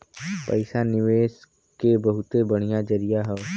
पइसा निवेस के बहुते बढ़िया जरिया हौ